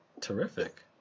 terrific